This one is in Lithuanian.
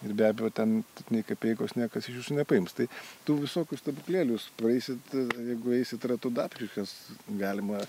ir be abejo ten nei kapeikos niekas iš jūsų nepaims tai tų visokių stebuklėlių praeisit jeigu eisit ratu da prie kas galima